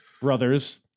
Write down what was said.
Brothers